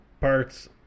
parts